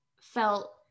felt